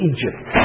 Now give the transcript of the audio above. Egypt